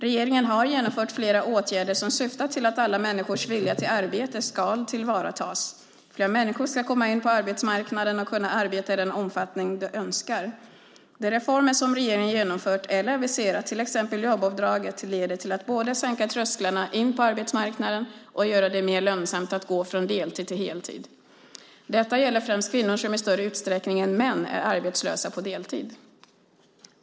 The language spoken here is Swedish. Regeringen har genomfört flera åtgärder som syftar till att alla människors vilja till arbete ska tas till vara. Fler människor ska komma in på arbetsmarknaden och kunna arbeta i den omfattning de önskar. De reformer som regeringen genomfört eller aviserat, till exempel jobbavdraget, leder till att både sänka trösklarna in på arbetsmarknaden och göra det mer lönsamt att gå från deltid till heltidsarbete. Detta gäller främst kvinnor, som i större utsträckning än män är arbetslösa på deltid.